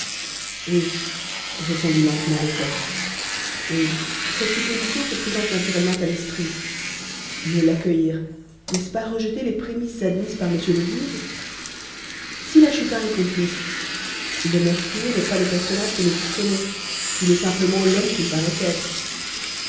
oui répondit lentement lecoq oui cette supposition se présente naturellement à l'esprit mais l'accueillir n'est-ce pas rejeter les prémices admises par monsieur le juge si la chupin est complice le meurtrier n'est pas le personnage que nous soupçonnons il est simplement l'homme qu'il paraît être